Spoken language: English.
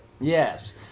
Yes